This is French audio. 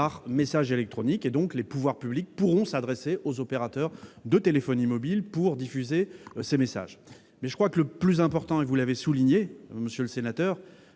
par message électronique. Les pouvoirs publics pourront s'adresser aux opérateurs de téléphonie mobile pour diffuser ces messages. Mais le plus important, comme vous l'avez souligné, monsieur le sénateur,